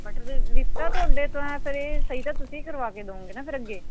but ਲਿਆ ਤੁਹਾਡੇ ਤੋਂ ਹੈ ਫਿਰ ਇਹ ਸਹੀ ਤਾਂ ਤੁਸੀਂ ਕਰਵਾ ਕੇ ਦਿਉਗੇ ਨਾ ਫਿਰ ਅੱਗੇ